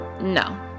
No